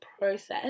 process